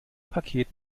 paket